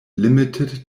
limited